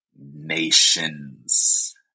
nations